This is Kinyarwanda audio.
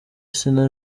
sina